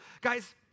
Guys